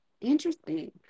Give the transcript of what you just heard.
interesting